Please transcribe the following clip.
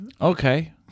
Okay